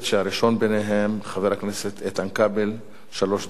6303, 6306, 6325,